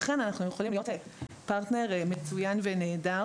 לכן אנחנו יכולים להיות פרטנר מצוין ונהדר.